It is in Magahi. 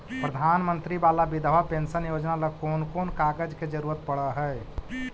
प्रधानमंत्री बाला बिधवा पेंसन योजना ल कोन कोन कागज के जरुरत पड़ है?